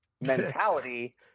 mentality